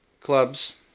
clubs